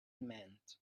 meant